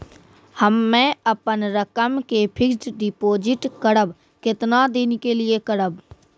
हम्मे अपन रकम के फिक्स्ड डिपोजिट करबऽ केतना दिन के लिए करबऽ?